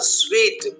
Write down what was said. sweet